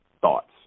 Thoughts